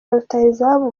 rutahizamu